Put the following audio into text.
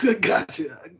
Gotcha